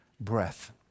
breath